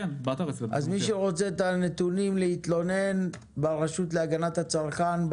אז מי שרוצה את הנתונים להתלונן ברשות להגנת הצרכן-